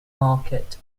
market